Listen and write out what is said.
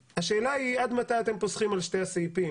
השאלה היא עד מתי אתם פוסחים על שני הסעיפים?